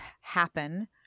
happen